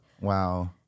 Wow